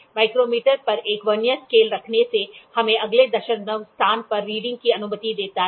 micrometer पर एक vernier scale रखने से हमें अगले दशमलव स्थान पर रीडिंग की अनुमति देता है